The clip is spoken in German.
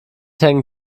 hängen